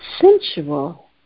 sensual